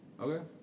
okay